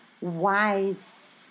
wise